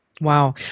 Wow